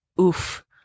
oof